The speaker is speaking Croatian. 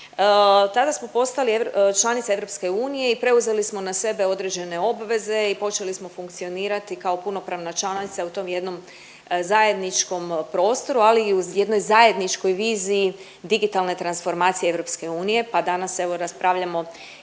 Tada smo postali članica EU i preuzeli smo na sebe određene obveze i počeli smo funkcionirati kao punopravna članica u tom jednom zajedničkom prostoru, ali i u jednoj zajedničkoj viziji digitalne transformacije EU pa danas evo raspravljamo između